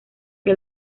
que